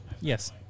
Yes